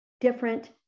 different